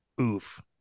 Oof